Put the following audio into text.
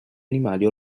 animali